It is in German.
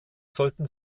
sollten